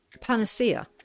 panacea